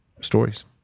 stories